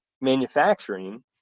manufacturing